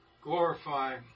Glorify